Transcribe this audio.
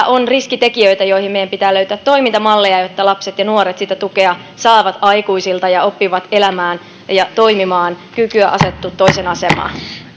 on riskitekijöitä joihin meidän pitää löytää toimintamalleja jotta lapset ja nuoret saavat tukea aikuisilta ja oppivat elämään ja toimimaan niin että on kykyä asettua toisen asemaan